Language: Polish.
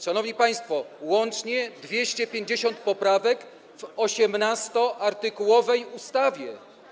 Szanowni państwo, to łącznie 250 poprawek w 18-artykułowej ustawie.